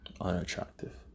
unattractive